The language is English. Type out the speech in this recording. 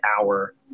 hour